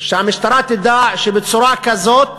שהמשטרה תדע שבצורה כזאת